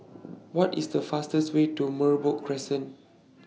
What IS The fastest Way to Merbok Crescent